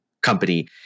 company